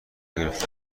گرفتم